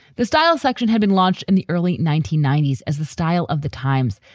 the style section had been launched in the early nineteen ninety s as the style of the times.